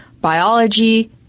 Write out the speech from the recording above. biology